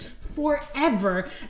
forever